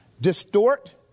distort